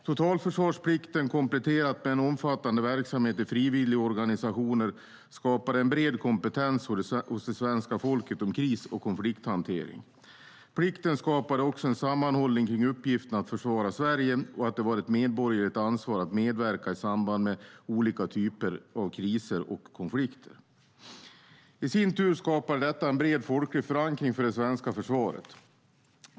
Totalförsvarsplikten, kompletterad med en omfattande verksamhet i frivilligorganisationer, skapade en bred kompetens hos det svenska folket om kris och konflikthantering. Plikten skapade också en sammanhållning kring uppgiften att försvara Sverige och att det var ett medborgerligt ansvar att medverka i samband med olika typer av kriser och konflikter. I sin tur skapade detta en bred folklig förankring för det svenska försvaret.